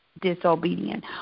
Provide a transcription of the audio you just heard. disobedient